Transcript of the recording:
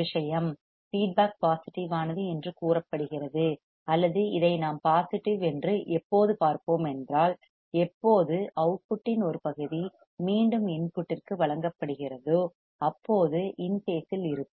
விஷயம் feedback positive ஆனது என்று கூறப்படுகிறது அல்லது இதை நாம் பாசிட்டிவ் என்று எப்போது பார்ப்போம் என்றால் எப்போது அவுட்புட் இன் ஒரு பகுதி மீண்டும் இன்புட்டிற்கு வழங்கப்படுகிறதோ அப்போது இன் பேசில் இருக்கும்